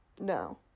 No